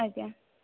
ଆଜ୍ଞା